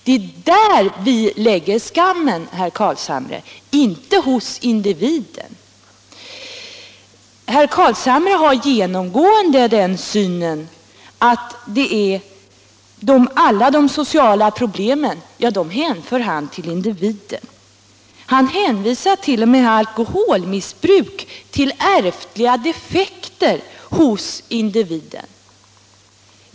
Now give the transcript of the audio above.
Det är där vi anser att det skamliga ligger, herr Carlshamre, inte hos individen. Herr Carlshamre hänför genomgående de sociala problemen till individen. Han anser t.o.m. att alkoholmissbruk beror på ärftliga defekter hos individen.